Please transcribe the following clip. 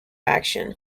action